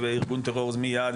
וארגון טרור זה מייד,